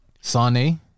Sane